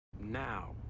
Now